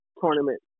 tournament